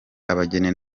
abageni